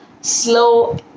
slow